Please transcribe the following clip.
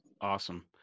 Awesome